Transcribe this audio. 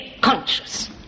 conscious